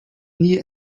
nie